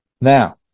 now